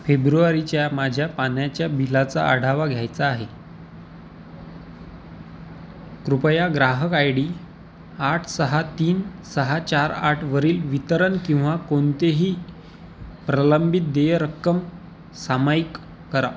फेब्रुवारीच्या माझ्या पाण्याच्या बिलाचा आढावा घ्यायचा आहे कृपया ग्राहक आय डी आठ सहा तीन सहा चार आठवरील वितरन किंवा कोणतेही प्रलंबित देय रक्कम सामायिक करा